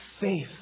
faith